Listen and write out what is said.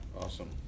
Awesome